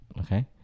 Okay